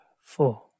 four